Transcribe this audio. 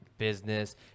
business